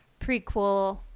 prequel